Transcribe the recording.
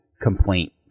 complaint